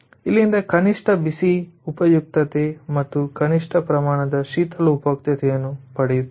ಇಲ್ಲಿಂದ ಕನಿಷ್ಠ ಬಿಸಿ ಉಪಯುಕ್ತತೆ ಮತ್ತು ಕನಿಷ್ಠ ಪ್ರಮಾಣದ ಶೀತಲ ಉಪಯುಕ್ತತೆಯನ್ನು ಪಡೆಯುತ್ತೇವೆ